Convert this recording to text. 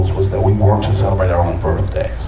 was was that we weren't to so and um birthday,